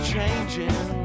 changing